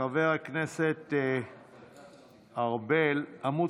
חבר הכנסת ארבל, עמ'